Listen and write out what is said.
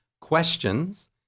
questions